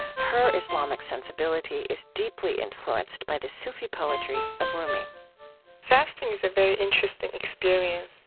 her islamic sensibility is deeply influenced by the sufi poetry of rumi fasting is a very interesting experience.